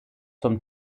zum